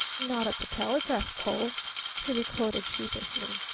not up a telegraph pole he requoted sheepishly.